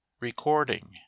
Recording